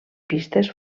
pistes